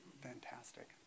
Fantastic